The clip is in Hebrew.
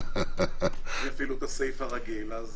אם יפעילו את הסעיף הרגיל אז